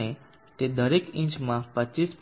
ને તે દરેક ઇંચમાં 25